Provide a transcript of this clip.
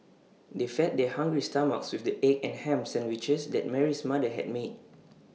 they fed their hungry stomachs with the egg and Ham Sandwiches that Mary's mother had made